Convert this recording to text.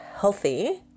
healthy